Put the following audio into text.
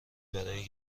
برای